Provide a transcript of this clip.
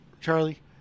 Charlie